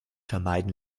vermeiden